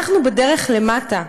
אנחנו בדרך למטה.